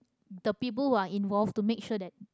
the people who are involved to make sure that